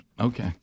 okay